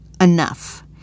enough